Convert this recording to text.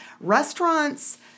restaurants –